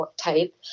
type